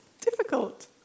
difficult